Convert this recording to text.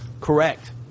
Correct